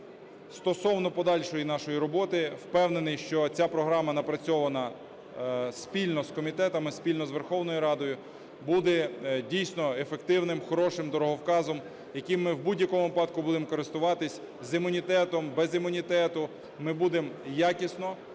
Стосовно подальшої нашої роботи впевнений, що ця програма, напрацьована спільно з комітетами, спільно з Верховною Радою, буде дійсно ефективним, хорошим дороговказом, яким ми в будь-якому випадку будемо користуватись. З імунітетом, без імунітету ми будемо якісно,